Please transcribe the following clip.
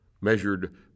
measured